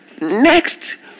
Next